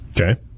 Okay